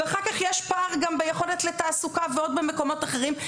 אחר כך יש גם פער ביכולת לתעסוקה ובמקומות אחרים,